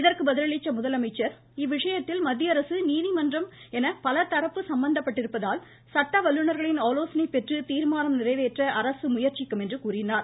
இதற்கு பதிலளித்த முதலமைச்சர் இவ்விஷயத்தில் மத்திய அரசு நீதிமன்றம் என பலதரப்பு சம்மந்தப்பட்டிருப்பதால் சட்ட வல்லுநர்களின் ஆலோசனை பெற்று தீர்மானம் நிறைவேற்ற அரசு முயற்சிக்கும் என்றார்